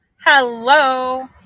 Hello